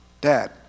dad